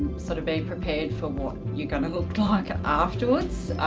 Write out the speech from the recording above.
sort of be prepared for what you're gonna look like afterwards.